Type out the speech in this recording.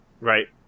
Right